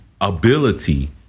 ability